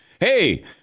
hey